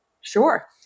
Sure